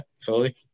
Philly